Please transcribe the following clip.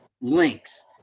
links